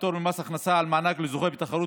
פטור ממס הכנסה על מענק לזוכה בתחרות